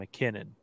McKinnon